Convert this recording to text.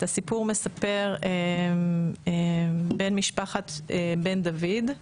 את הסיפור מספר בן משפחת בן דוד.